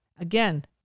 Again